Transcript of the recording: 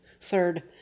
third